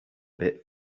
bit